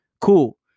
Cool